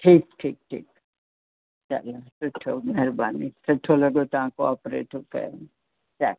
ठीकु ठीकु ठीकु चलो सुठो महिरबानी सुठो लॻो तव्हां कोऑपरेट कयुव चङो